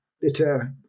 bitter